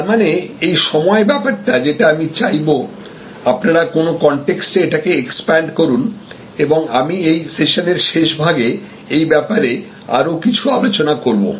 তার মানে এই সময় ব্যাপারটা যেটা আমি চাইবো আপনারা কোন কনটেক্সটে এটাকে এক্সপান্ড করুন এবং আমি এই সেশনের শেষভাগে এই ব্যাপারে আরো কিছু আলোচনা করব